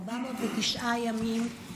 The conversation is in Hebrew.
409 ימים, 101 חטופים.